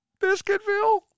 Biscuitville